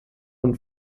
und